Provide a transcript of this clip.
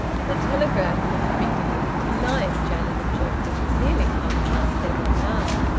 but the telegram couldn't be delivered to-night, janet objected. it's nearly half-past seven now.